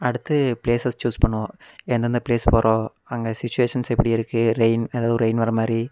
அடுத்து places choose பண்ணுவோம் எந்தெந்த பிளேஸ் போகறோம் அங்கே சுட்சிவேஷன்ஸ் எப்படி இருக்கு ரெயின் எதாவது ரெயின் வர மாரி